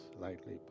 lightly